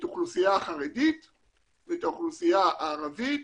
האוכלוסייה החרדית ואת האוכלוסייה החרדית